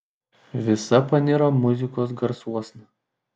visa paniro muzikos garsuosna